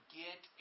get